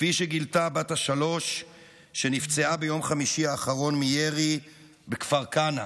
כפי שגילתה בת השלוש שנפצעה ביום חמישי האחרון מירי בכפר כנא.